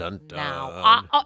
now